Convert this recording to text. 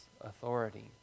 authority